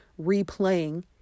replaying